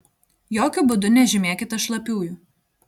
jokiu būdu nežymėkite šlapiųjų